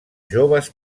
joves